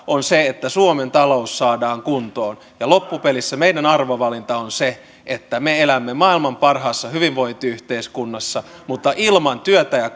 on se että suomen talous saadaan kuntoon ja loppupelissä meidän arvovalintamme on se että me elämme maailman parhaassa hyvinvointiyhteiskunnassa mutta ilman työtä ja